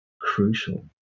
crucial